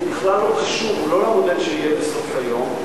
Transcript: בכלל לא קשור למודל שיהיה בסוף היום,